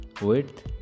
width